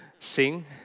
Sing